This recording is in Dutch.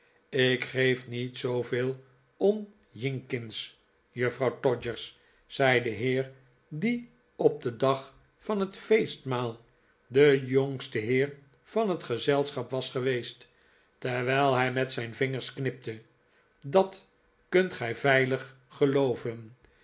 ik geef niet zooveel om jinkins juffrouw todgers zei de heer die op den dag van het feestmaal de jongste heer van het gezelschap was geweest terwijl hij met zijn vingers knipte dat kunt gij veilig geloovenl